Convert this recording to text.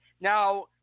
Now